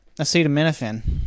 acetaminophen